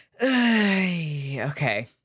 Okay